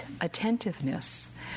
attentiveness